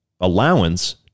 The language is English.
allowance